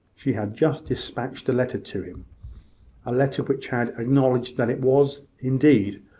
she had just despatched a letter to him a letter which had acknowledged that it was, indeed,